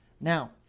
Now